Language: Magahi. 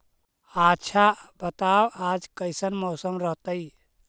आच्छा बताब आज कैसन मौसम रहतैय?